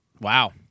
Wow